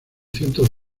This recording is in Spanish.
cientos